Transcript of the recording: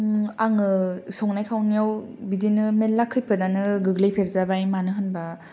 आङो संनाय खावनायाव बिदिनो मेरला खैफोदानो गोग्लैफेरजाबाय मानो होनोब्ला